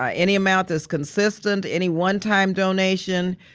ah any amount that's consistent, any one time donation,